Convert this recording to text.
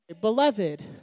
beloved